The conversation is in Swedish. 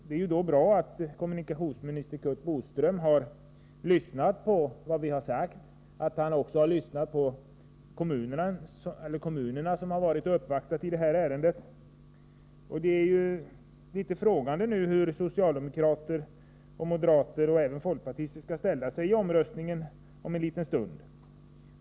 Det är då bra att kommunikationsminister Curt Boström har lyssnat på vad vi har sagt och också på de kommuner som uppvaktat i detta ärende. Frågan är nu hur socialdemokraterna, moderaterna och även folkpartisterna skall ställa sig i omröstningen om en liten stund.